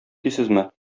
дисезме